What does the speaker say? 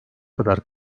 kadar